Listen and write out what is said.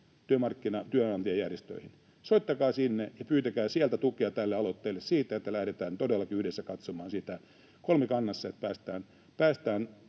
työnantajajärjestöihin. Soittakaa sinne ja pyytäkää sieltä tukea tälle aloitteelle, että lähdetään todellakin yhdessä katsomaan kolmikannassa sitä, että päästään